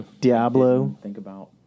Diablo